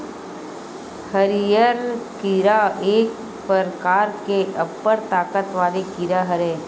हरियर कीरा एक परकार के अब्बड़ ताकत वाले कीरा हरय